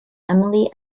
emily